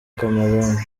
cameroun